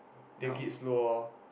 take it slow lor